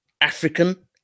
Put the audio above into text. African